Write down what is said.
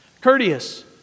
courteous